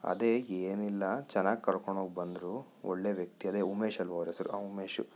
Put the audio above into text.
ಅದೇ ಏನಿಲ್ಲ ಚೆನ್ನಾಗಿ ಕರ್ಕೊಂಡು ಹೋಗಿ ಬಂದರು ಒಳ್ಳೆ ವ್ಯಕ್ತಿ ಅದೇ ಉಮೇಶ್ ಅಲ್ವಾ ಅವ್ರ ಹೆಸರು ಹಾಂ ಉಮೇಶು